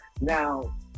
Now